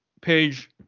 page